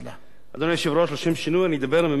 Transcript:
לשם שינוי אני אדבר ממש על הצעות החוק עצמן.